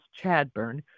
Chadburn